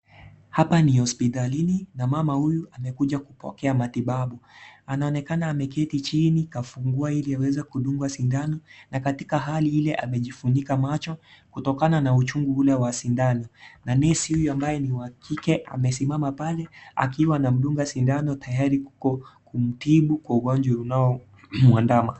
Hapa ni hospitalini na mama huyu amemkuja kupokea matibabu. Anaonekana ameketi chini kafungua ili aweze kudungwa sindano na katika hali ile amejifunika macho kutokana na uchungu ule wa sindano na nesi huyu ambaye ni wa kike amesimama pale akiwa anamdunga sindano tayari kumtibu kwa ugonjwa unaomwandama.